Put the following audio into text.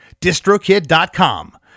distrokid.com